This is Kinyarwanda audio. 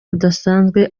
budasanzwe